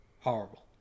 Horrible